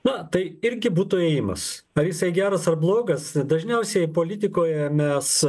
na tai irgi būtų ėjimas ar jisai geras ar blogas dažniausiai politikoje mes